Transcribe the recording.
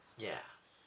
yeah